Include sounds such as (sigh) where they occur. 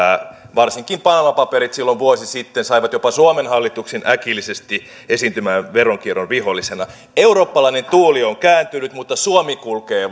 varsinkin panama paperit silloin vuosi sitten saivat jopa suomen hallituksen äkillisesti esiintymään veronkierron vihollisena eurooppalainen tuuli on kääntynyt mutta suomi kulkee (unintelligible)